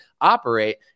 operate